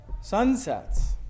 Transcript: Sunsets